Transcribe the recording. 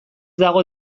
dago